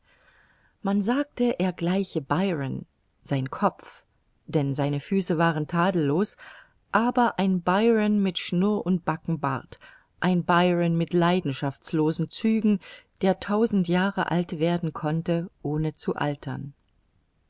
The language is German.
man sagte er gleiche byron sein kopf denn seine füße waren tadellos aber ein byron mit schnurr und backenbart ein byron mit leidenschaftslosen zügen der tausend jahre alt werden konnte ohne zu altern